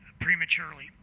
prematurely